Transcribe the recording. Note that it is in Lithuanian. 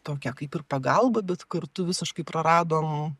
tokią kaip ir pagalbą bet kartu visiškai praradom